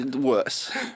Worse